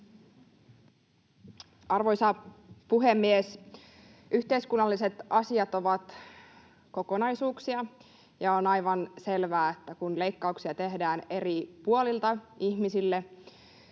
Arvoisa puhemies! Yhteiskunnalliset asiat ovat kokonaisuuksia, ja on aivan selvää, että kun leikkauksia tehdään eri puolilta ihmisille,